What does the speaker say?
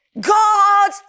God